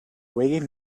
waiting